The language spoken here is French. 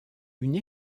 une